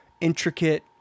intricate